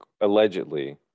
allegedly